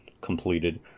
completed